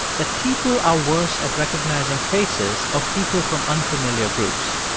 that people are worse at recognizing faces of people from unfamiliar groups.